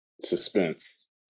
suspense